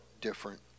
different